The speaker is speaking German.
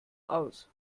aus